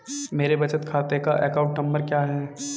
मेरे बचत खाते का अकाउंट नंबर क्या है?